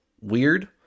weird